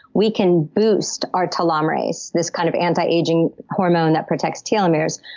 we can boost our telomerase, this kind of anti-aging hormone that protects telomeres,